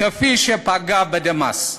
כפי שפגעה בדמאס.